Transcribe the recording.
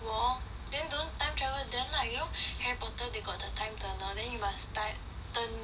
then don't time travel then lah you know harry potter they got the time turner then you must time turn the thing